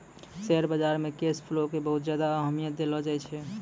share बाजार मे cash flow के बहुत ज्यादा अहमियत देलो जाए छै